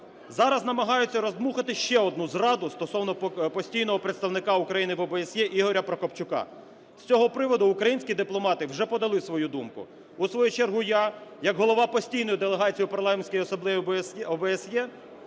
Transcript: Зараз намагаються роздмухати ще одну зраду стосовно постійного представника України в ОБСЄ Ігоря Прокопчука. З цього приводу українські дипломати вже подали свою думку. У свою чергу я як голова постійної делегації у Парламентській Асамблеї ОБСЄ